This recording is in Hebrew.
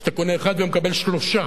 כשאתה קונה אחד ומקבל שלושה,